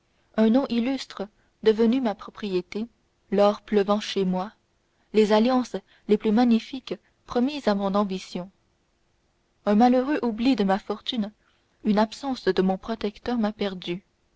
un nom illustre devenu ma propriété l'or pleuvant chez moi les alliances les plus magnifiques promises à mon ambition un malheureux oubli de ma fortune une absence de mon protecteur m'a perdu